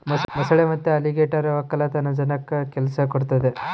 ಮೊಸಳೆ ಮತ್ತೆ ಅಲಿಗೇಟರ್ ವಕ್ಕಲತನ ಜನಕ್ಕ ಕೆಲ್ಸ ಕೊಡ್ತದೆ